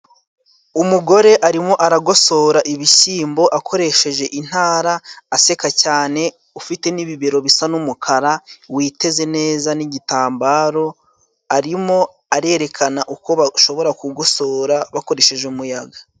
Umugore arimo aragosora ibishyimbo akoresheje intara aseka cyane, ufite n'ibibero bisa n'umukara witeze neza n'igitambaro, arimo arerekana uko bashobora kugosora bakoresheje umuyaga.